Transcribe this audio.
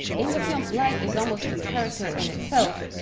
in the film light is almost a character in itself,